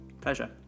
Pleasure